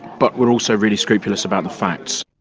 but we are also really scrupulous about the facts.